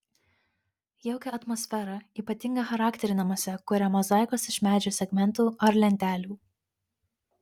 jaukią atmosferą ypatingą charakterį namuose kuria mozaikos iš medžio segmentų ar lentelių